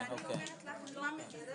אני רוצה להכניס כאן